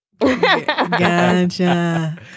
Gotcha